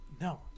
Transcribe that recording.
No